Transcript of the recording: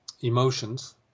emotions